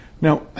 Now